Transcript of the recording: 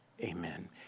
Amen